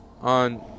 On